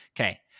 Okay